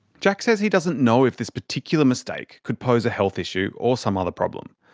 jack says he doesn't know if this particular mistake could pose a health issue, or some other problem.